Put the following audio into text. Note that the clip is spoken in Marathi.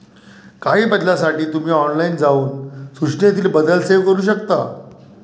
काही बदलांसाठी तुम्ही ऑनलाइन जाऊन सूचनेतील बदल सेव्ह करू शकता